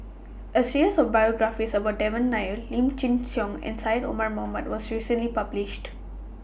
A series of biographies about Devan Nair Lim Chin Siong and Syed Omar Mohamed was recently published